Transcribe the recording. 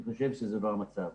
אני חושב שזה לא המצב.